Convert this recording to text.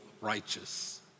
righteous